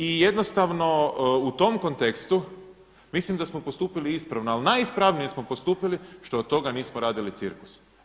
I jednostavno u tom kontekstu mislim da smo postupili ispravno, ali najispravnije smo postupili što od toga nismo radili cirkus.